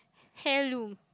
heirloom